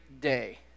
day